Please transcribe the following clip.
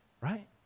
right